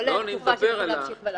לא לתקופה שאפשר להמשיך ולחקור.